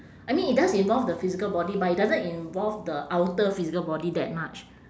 I mean it does involve the physical body but it doesn't involve the outer physical body that much